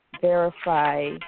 verify